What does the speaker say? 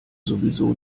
sowieso